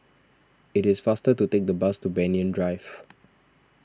it is faster to take the bus to Banyan Drive